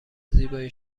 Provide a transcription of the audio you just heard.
زیبای